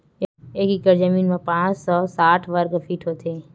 एक एकड़ जमीन मा पांच सौ साठ वर्ग फीट होथे